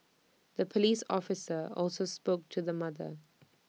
the Police officer also spoke to the mother